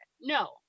No